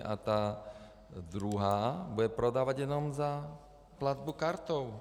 A ta druhá bude prodávat jenom za platbu kartou.